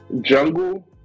Jungle